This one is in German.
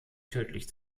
tödlich